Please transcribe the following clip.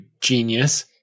genius